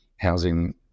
housing